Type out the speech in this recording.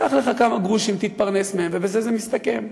קח לך כמה גרושים, תתפרנס מהם, ובזה זה מסתכם.